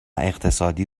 اقتصادی